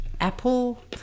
Apple